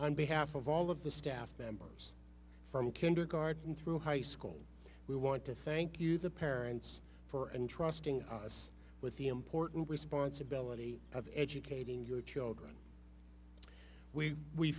on behalf of all of the staff members from kindergarten through high school we want to thank you the parents for and trusting us with the important responsibility of educating your children we we